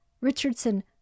Richardson